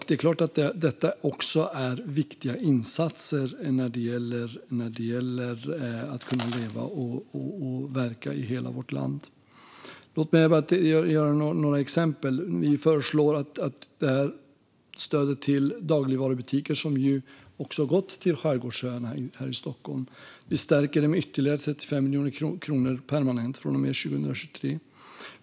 Det är klart att detta också är viktiga insatser när det gäller att kunna leva och verka i hela vårt land. Jag ska ge några exempel. Vi föreslår att stödet till dagligvarubutiker, som också har gått till skärgårdsöarna här i Stockholm, stärks med ytterligare 35 miljoner kronor permanent från och med 2023.